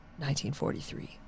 1943